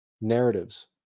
narratives